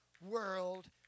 world